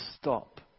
stop